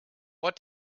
what